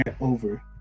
Over